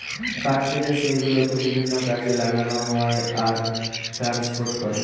কাঠ কেটে সেই গুলোকে বিভিন্ন কাজে লাগানো হয় আর ট্রান্সপোর্ট করে